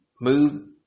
Move